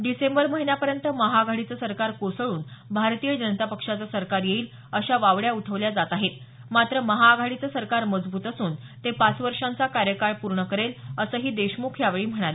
डिसेंबर महिन्यापर्यंत महाआघाडीचं सरकार कोसळून भारतीय जनता पक्षाचं सरकार येईल अशा वावड्या उठवल्या जात आहेत मात्र महाआघाडीचं सरकार मजबूत असून ते पाच वर्षांचा कार्यकाळ पूर्ण करेल असंही देशमुख यावेळी म्हणाले